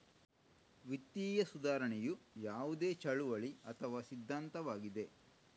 ವಿತ್ತೀಯ ಸುಧಾರಣೆಯು ಯಾವುದೇ ಚಳುವಳಿ ಅಥವಾ ಸಿದ್ಧಾಂತವಾಗಿದೆ